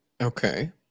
Okay